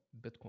Bitcoin